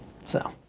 so,